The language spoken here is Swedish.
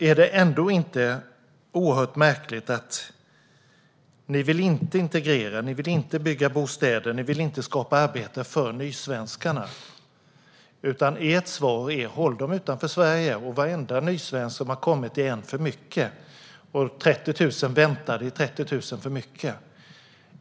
Är det ändå inte märkligt att ni inte vill integrera, inte bygga bostäder och inte skapa arbeten för nysvenskarna, utan ert svar är att de ska hållas utanför Sverige, och varenda nysvensk som har kommit är en för mycket. 30 000 väntande är 30 000 för mycket.